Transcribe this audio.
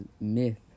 myth